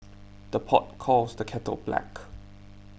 the pot calls the kettle black